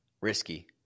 Risky